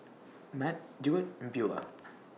Matt Deward and Beaulah